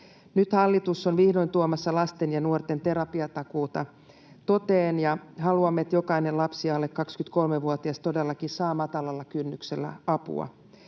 Nyt hallitus on vihdoin tuomassa lasten ja nuorten terapiatakuuta toteen, ja haluamme, että jokainen lapsi ja alle 23-vuotias todellakin saa matalalla kynnyksellä apua.